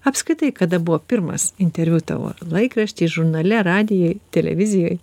apskritai kada buvo pirmas interviu tavo laikrašty žurnale radijoj televizijoj